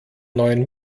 neuen